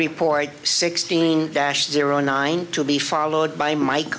report sixteen dash zero nine to be followed by mike